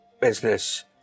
business